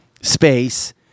space